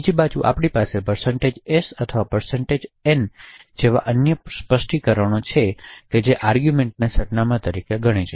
બીજી બાજુ આપણી પાસે s અથવા n જેવા અન્ય સ્પષ્ટીકરણો છે જે આર્ગૂમેંટને સરનામાં તરીકે ગણે છે